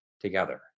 together